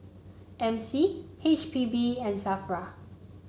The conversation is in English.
M C H P B and Safra